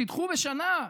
תדחו בשנה.